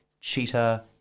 Cheetah